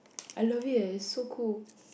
I love it eh it's so cool